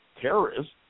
terrorists